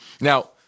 Now